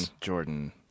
Jordan